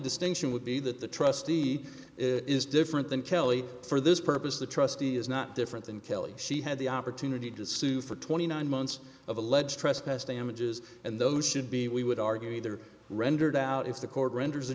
distinction would be that the trustee is different than kelly for this purpose the trustee is not different than kelly she had the opportunity to sue for twenty nine months of alleged trespass damages and those should be we would argue either rendered out if the court render